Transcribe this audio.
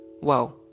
Wow